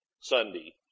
Sunday